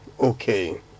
okay